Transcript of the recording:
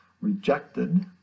rejected